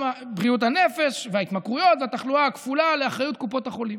בריאות הנפש וההתמכרויות והתחלואה הכפולה לאחריות קופות החולים.